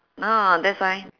ah that's why